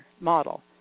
model